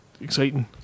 exciting